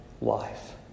life